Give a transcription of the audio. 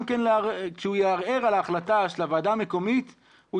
כשהוא יערער על ההחלטה של הוועדה המקומית הוא